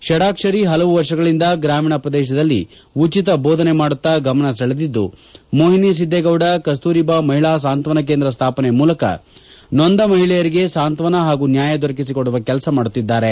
ಡಡಾಕ್ಷರಿ ಹಲವು ವರ್ಷಗಳಿಂದ ಗ್ರಾಮೀಣ ಪ್ರದೇಶದಲ್ಲಿ ಉಚಿತ ಭೋದನೆ ಮಾಡುತ್ತ ಗಮನ ಸೆಳೆದಿದ್ದು ಮೋಹಿನಿ ಸಿದ್ದೇಗೌಡ ಕಸ್ತೂರಿ ಬಾ ಮಹಿಳಾ ಸಂತ್ವಾನ ಕೇಂದ್ರ ಸ್ಥಾಪನೆ ಮೂಲಕ ನೊಂದ ಮಹಿಳೆಯರಿಗೆ ಸಂತ್ವಾನ ಹಾಗು ನ್ಯಾಯ ದೊರಕಿಸಿ ಕೊಡುವ ಕೆಲಸ ಮಾಡುತ್ತಿದ್ದಾರೆ